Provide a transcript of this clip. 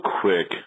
quick